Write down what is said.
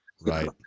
right